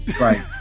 Right